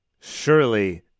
surely